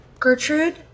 Gertrude